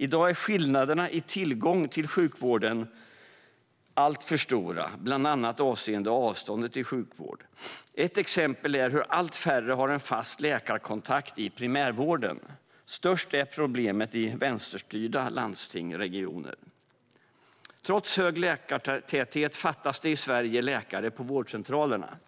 I dag är skillnaderna i tillgång till sjukvården alltför stora, bland annat avseende avståndet till sjukvård. Ett exempel är hur allt färre har en fast läkarkontakt i primärvården. Störst är problemet i vänsterstyrda landsting och regioner. Trots hög läkartäthet fattas det i Sverige läkare på vårdcentralerna.